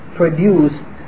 produced